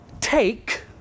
take